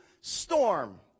storm